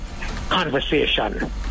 conversation